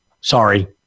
Sorry